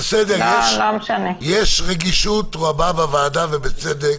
יש רגישות רבה בוועדה, ובצדק,